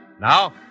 Now